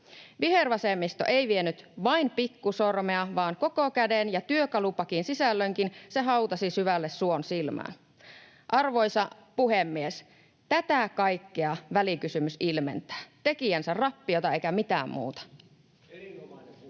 Vihervasemmisto ei vienyt vain pikkusormea vaan koko käden, ja työkalupakin sisällönkin se hautasi syvälle suon silmään. Arvoisa puhemies! Tätä kaikkea välikysymys ilmentää — tekijänsä rappiota eikä mitään muuta.